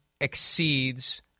exceeds